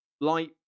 light